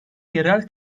yerel